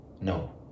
no